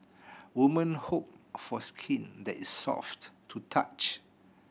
woman hope for skin that is soft to the touch